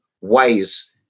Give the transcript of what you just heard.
ways